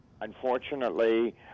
unfortunately